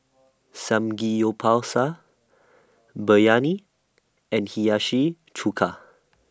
Samgeyopsal Biryani and Hiyashi Chuka